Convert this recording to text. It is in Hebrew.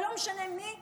ולא משנה מי,